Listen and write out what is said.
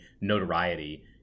notoriety